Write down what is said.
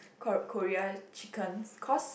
kor~ Korea chickens cause